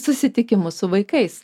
susitikimus su vaikais